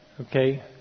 okay